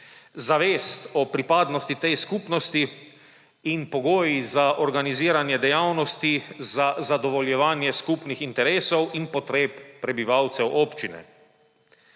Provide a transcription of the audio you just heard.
zavest o pripadnosti tej skupnosti in pogoji za organiziranje dejavnosti za zadovoljevanje skupnih interesov in potreb prebivalcev občine.